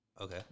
Okay